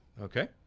Okay